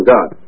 God